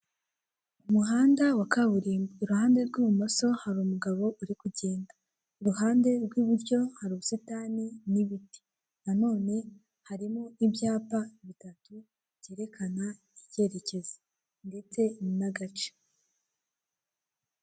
Umuhanda wa kaburimbo iruhande rw'ibumoso, hari umugabo uri kugenda. I ruhande rw'iburyo hari ubusitani n'ibiti, na none harimo ibyapa bitatu byerekana icyerekezo ndetse n'agace.